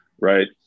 right